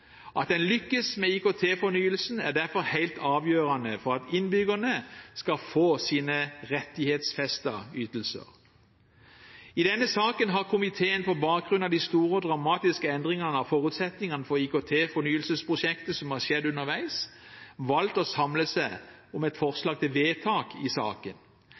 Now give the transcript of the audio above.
At en lykkes med IKT-fornyelsen, er derfor helt avgjørende for at innbyggerne skal få sine rettighetsfestede ytelser. I denne saken har komiteen på bakgrunn av de store og dramatiske endringene av forutsetningene for IKT-fornyelsesprosjektet som har skjedd underveis, valgt å samle seg om et forslag til vedtak i saken.